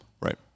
Right